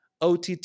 OTT